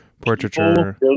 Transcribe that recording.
portraiture